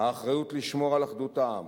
האחריות לשמור על אחדות העם,